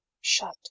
shut